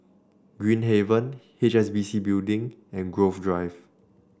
Green Haven H S B C Building and Grove Drive